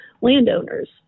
landowners